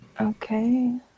Okay